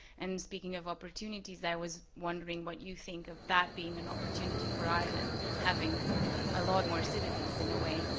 and speaking of opportunities there, i was wondering what you think of that being an opportunity for ireland, having a lot more citizens, in a way,